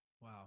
Wow